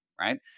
Right